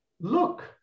look